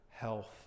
health